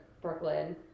Brooklyn